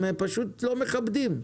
לא מכבדים.